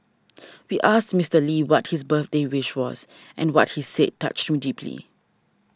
we asked Mister Lee what his birthday wish was and what he said touched me deeply